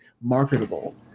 marketable